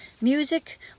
music